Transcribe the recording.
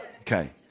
Okay